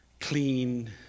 clean